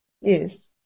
Yes